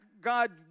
god